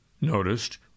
noticed